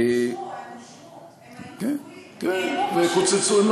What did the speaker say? הם אושרו, הם היו צבועים, הם לא נעלמו.